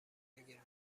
گرونترین